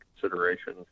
consideration